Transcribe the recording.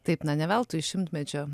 taip na ne veltui šimtmečio